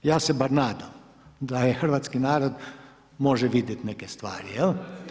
Ja se bar nadam da je hrvatski narod može vidjeti neke stvari jel.